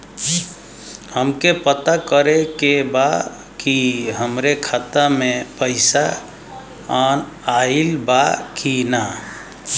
हमके पता करे के बा कि हमरे खाता में पैसा ऑइल बा कि ना?